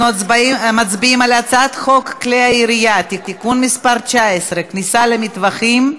אנחנו מצביעים על הצעת חוק כלי הירייה (תיקון מס' 19) (כניסה למטווחים),